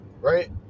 Right